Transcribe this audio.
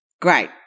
great